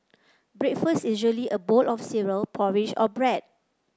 breakfast usually a bowl of cereal porridge or bread